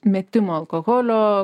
metimo alkoholio